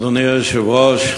אדוני היושב-ראש.